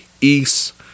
East